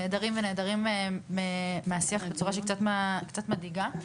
נעדרים מהשיח בצורה שקצת מדאיגה.